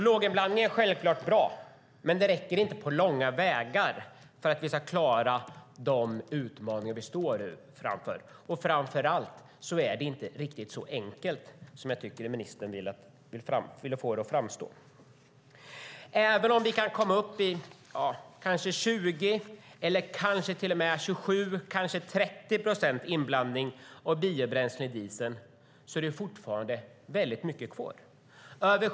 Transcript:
Låginblandning är självklart bra, men det räcker inte på långa vägar för att vi ska klara de utmaningar som vi står inför, och framför allt är det inte riktigt så enkelt som jag tycker att ministern vill få det att framstå. Även om vi kan komma upp i 20, 27 eller kanske till och med 30 procents inblandning av biobränsle i dieseln är det fortfarande mycket kvar.